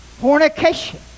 Fornication